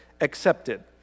accepted